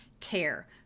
care